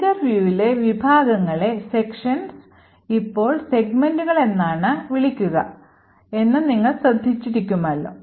linker viewലെ വിഭാഗങ്ങളെ ഇപ്പോൾ സെഗ്മെന്റുകൾ എന്നാണ് ഇപ്പോൾ വിളിക്കുക എന്ന് നിങ്ങൾ ശ്രദ്ധിച്ചിരിക്കുമല്ലോ